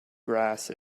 grass